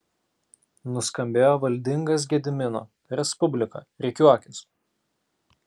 nuskambėjo valdingas gedimino respublika rikiuokis